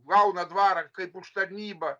gauna dvarą kaip už tarnybą